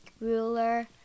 ruler